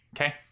Okay